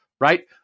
right